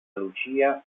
lucia